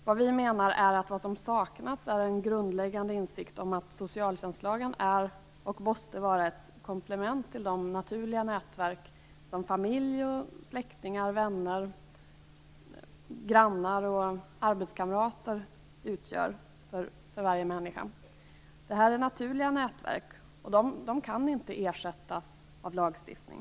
Vi moderater menar att vad som saknas är en grundläggande insikt om att socialtjänstlagen är, och måste vara, ett komplement till de naturliga nätverk som familj, släktingar, vänner, grannar och arbetskamrater utgör för varje människa. Detta är naturliga nätverk, och de kan inte ersättas av lagstiftning.